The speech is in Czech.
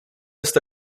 jste